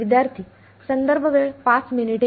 विद्यार्थीः